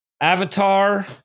Avatar